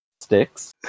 sticks